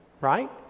Right